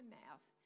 mouth